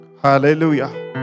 hallelujah